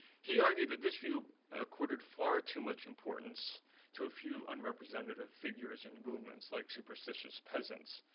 he argued that this view ah quoted far too much importance to a few unrepresentative figures and movements, like superstitious peasants,